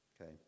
Okay